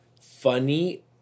funny